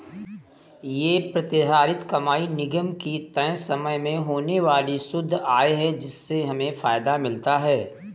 ये प्रतिधारित कमाई निगम की तय समय में होने वाली शुद्ध आय है जिससे हमें फायदा मिलता है